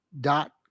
dot